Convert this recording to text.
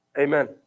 Amen